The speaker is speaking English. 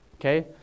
Okay